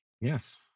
Yes